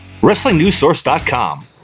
WrestlingNewsSource.com